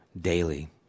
daily